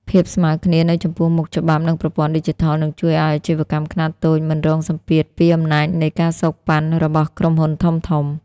ភាពស្មើគ្នានៅចំពោះមុខច្បាប់ និងប្រព័ន្ធឌីជីថល នឹងជួយឱ្យអាជីវកម្មខ្នាតតូចមិនរងសម្ពាធពីអំណាចនៃ ការសូកប៉ាន់ របស់ក្រុមហ៊ុនធំៗ។